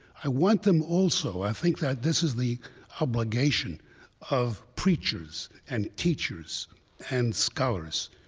i want them also, i think that this is the obligation of preachers and teachers and scholars,